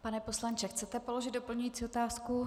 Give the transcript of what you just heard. Pane poslanče, chcete položit doplňující otázku?